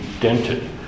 dented